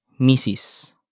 Mrs